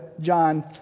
John